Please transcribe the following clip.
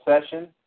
session